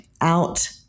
out